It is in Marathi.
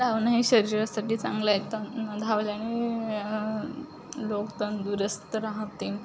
धावणं हे शरीरासाठी चांगलं आहे तर धावल्याने लोक तंदुरुस्त राहतील